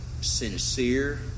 sincere